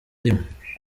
rimwe